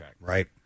Right